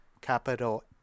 capital